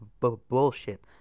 bullshit